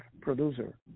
producer